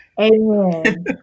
Amen